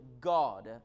God